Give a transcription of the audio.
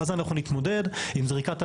ואז אנחנו נתמודד עם זריקת אריזות,